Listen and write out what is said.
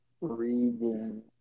reading